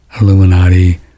Illuminati